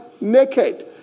naked